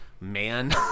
man